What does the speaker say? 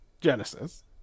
Genesis